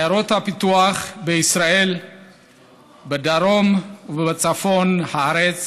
עיירות הפיתוח בישראל בצפון ובדרום הארץ